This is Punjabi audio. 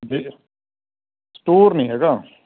ਅਤੇ ਸਟੋਰ ਨਹੀਂ ਹੈਗਾ